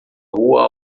rua